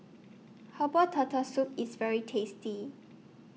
Herbal Turtle Soup IS very tasty